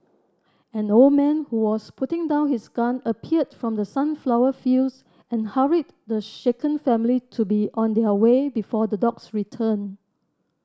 an old man who was putting down his gun appeared from the sunflower fields and hurried the shaken family to be on their way before the dogs return